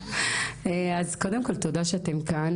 קודם כל, שאתן כאן.